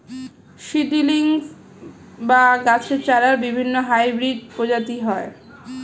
seedlings বা গাছের চারার বিভিন্ন হাইব্রিড প্রজাতি হয়